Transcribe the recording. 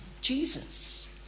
Jesus